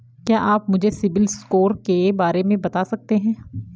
क्या आप मुझे सिबिल स्कोर के बारे में बता सकते हैं?